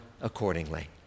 accordingly